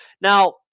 Now